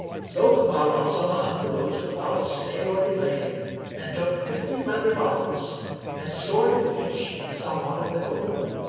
so kamar al-zaman arose without stay or delay and took fifty leather bottles and stored in each somewhat of the gold,